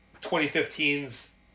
2015's